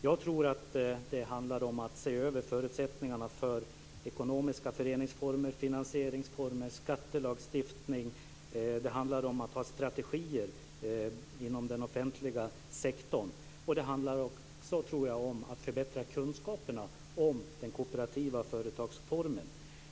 Jag tror att det handlar om att se över förutsättningarna för ekonomiska föreningsformer, finansieringsformer, skattelagstiftning. Det handlar om att ha strategier inom den offentliga sektorn. Jag tror också att det handlar om att förbättra kunskaperna om den kooperativa företagsformen.